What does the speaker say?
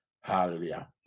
Hallelujah